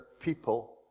people